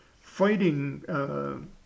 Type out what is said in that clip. fighting